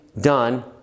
done